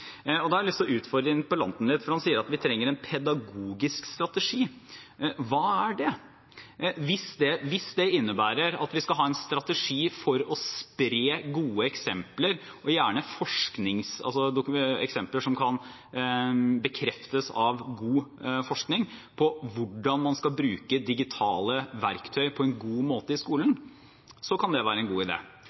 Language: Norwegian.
Og jeg har lyst til å utfordre interpellanten litt, for han sier at vi trenger en pedagogisk strategi. Hva er det? Hvis det innebærer at vi skal ha en strategi for å spre gode eksempler, som kan bekreftes av god forskning, på hvordan man skal bruke digitale verktøy på en god måte i skolen, kan det være en god